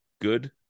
good